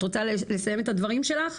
את רוצה לסיים את הדברים שלך?